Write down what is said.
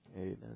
Amen